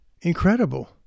Incredible